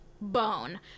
bone